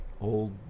old